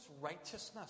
righteousness